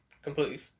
completely